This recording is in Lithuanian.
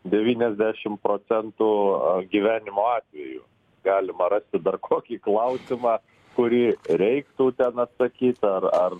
devyniasdešim procentų gyvenimo atvejų galima rasti dar kokį klausimą kurį reiktų ten atsakyt ar ar